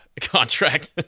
contract